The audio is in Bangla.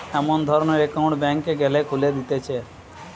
এমন ধরণের একউন্ট ব্যাংকে গ্যালে খুলে দিতেছে